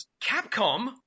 Capcom